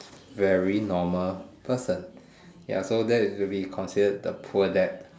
very normal person ya so that to be considered the poor dad